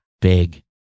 big